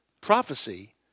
prophecy